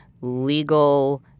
legal